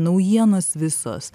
naujienos visos